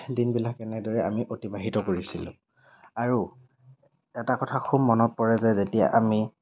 দিনবিলাক এনেদৰেই আমি অতিবাহিত কৰিছিলোঁ আৰু এটা কথা খুব মনত পৰে যে যেতিয়া আমি